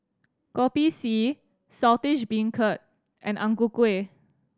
Kopi C Saltish Beancurd and Ang Ku Kueh